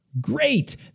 great